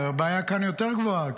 הבעיה כאן יותר גדולה,